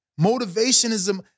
Motivationism